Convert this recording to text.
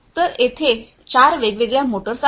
तर तेथे चार वेगवेगळ्या मोटर्स आहेत